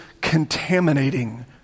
contaminating